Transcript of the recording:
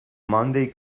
monday